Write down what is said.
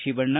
Shivanna